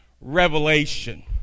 revelation